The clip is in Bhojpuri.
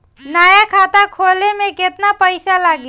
नया खाता खोले मे केतना पईसा लागि?